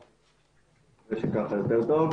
של היתר מזורז ב'.